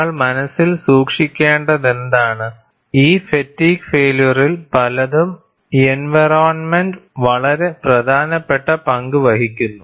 നിങ്ങൾ മനസ്സിൽ സൂക്ഷിക്കേണ്ടതെന്താണ് ഈ ഫാറ്റിഗ്ഗ് ഫേയില്യൂവറിൽ പലതും എൻവയറോണ്മെന്റ് വളരെ പ്രധാനപ്പെട്ട പങ്ക് വഹിക്കുന്നു